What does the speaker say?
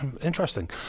Interesting